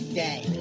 day